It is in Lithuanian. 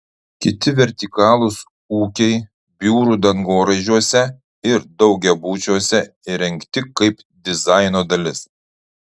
kiti vertikalūs ūkiai biurų dangoraižiuose ir daugiabučiuose įrengti kaip dizaino dalis